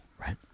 Right